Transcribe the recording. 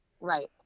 Right